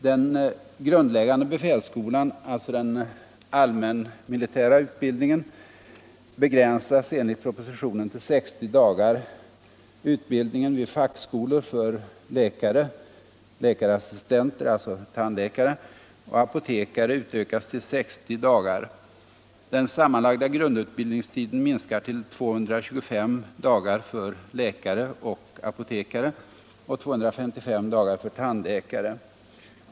Den grundläggande befälsskolan, alltså den allmänmilitära utbildningen, begränsas enligt propositionen till 60 dagar. Utbildningen vid fackskolor för läkare, läkarassistenter och apotekare utökas till 60 dagar. Den sammanlagda grundutbildningstiden minskas till 225 dagar för läkare och apotekare och till 255 dagar för tandläkare.